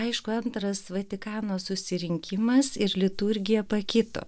aišku antras vatikano susirinkimas ir liturgija pakito